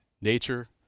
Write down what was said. nature